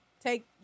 take